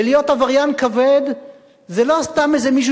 ולהיות עבריין כבד זה לא סתם איזה מישהו